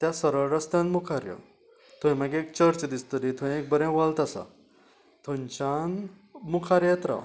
त्या सरळ रस्त्यान मुखार यो थंय मागीर चर्च दिसतली थंय एक बरें वोल्त आसा थंयच्यान मुखार येत राव